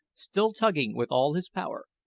still tugging with all his power.